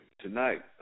tonight